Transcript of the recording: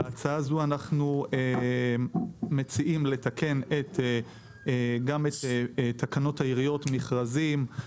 בפנייה זו אנחנו מציעים לתקן גם את תקנות העיריות (מכרזים)